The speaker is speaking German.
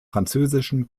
französischen